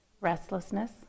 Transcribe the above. Restlessness